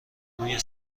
روی